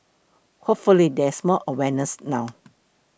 hopefully there is more awareness now